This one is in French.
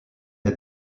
est